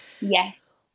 yes